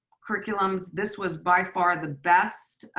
curriculums. this was by far the best.